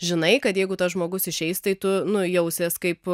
žinai kad jeigu tas žmogus išeis tai tu nu jausies kaip